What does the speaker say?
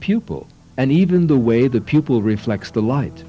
pupil and even the way the people reflects the light